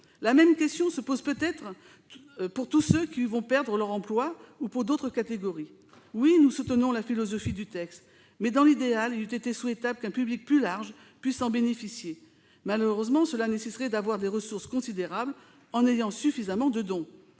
La même question se pose peut-être pour tous ceux qui vont perdre leur emploi et pour d'autres catégories professionnelles. Oui, nous soutenons la philosophie du texte ! Mais, dans l'idéal, il eût été souhaitable qu'un public plus large puisse en bénéficier. Malheureusement, cela nécessiterait d'avoir des ressources considérables, en ayant suffisamment de dons.